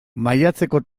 maiatzeko